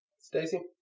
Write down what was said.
Stacy